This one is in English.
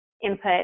input